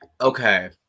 Okay